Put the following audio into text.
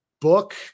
book